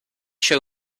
show